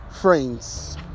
friends